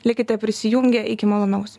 likite prisijungę iki malonaus